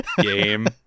game